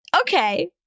Okay